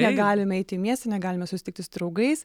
negalime eiti į miestą negalime susitikti su draugais